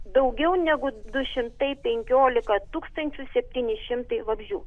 daugiau negu du šimtai penkiolika tūkstančių septyni šimtai vabzdžių